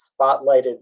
spotlighted